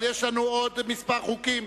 אבל יש לנו עוד כמה חוקים.